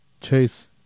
Chase